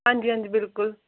हांजी हांजी बिल्कुल